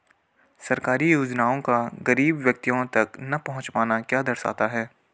सरकारी योजनाओं का गरीब व्यक्तियों तक न पहुँच पाना क्या दर्शाता है?